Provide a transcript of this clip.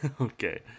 okay